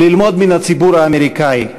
ללמוד מן הציבור האמריקני,